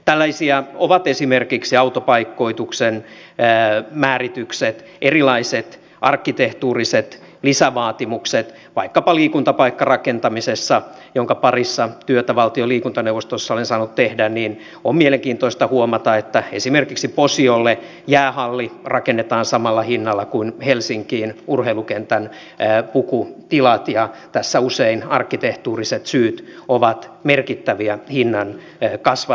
tällaisia ovat esimerkiksi autopaikoituksen määritykset erilaiset arkkitehtuuriset lisävaatimukset vaikkapa liikuntapaikkarakentamisessa jonka parissa työtä valtion liikuntaneuvostossa olen saanut tehdä ja on mielenkiintoista huomata että esimerkiksi posiolle jäähalli rakennetaan samalla hinnalla kuin helsinkiin urheilukentän pukutilat ja tässä usein arkkitehtuuriset syyt ovat merkittäviä hintaa kasvattavia tekijöitä